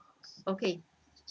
okay